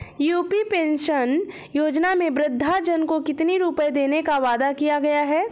UP pension योजना में वृद्धजन को कितनी रूपये देने का वादा किया गया है?